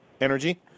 energy